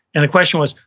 and the question was,